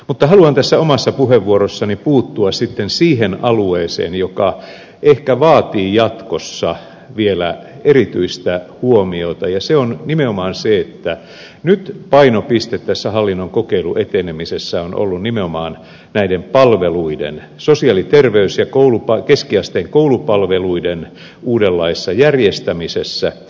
mutta haluan tässä omassa puheenvuorossani puuttua sitten siihen alueeseen joka ehkä vaatii jatkossa vielä erityistä huomiota ja se on nimenomaan se että nyt painopiste tässä hallinnon kokeilun etenemisessä on ollut nimenomaan näiden palveluiden sosiaali ja terveys ja keskiasteen koulupalveluiden uudenlaisessa järjestämisessä